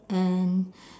and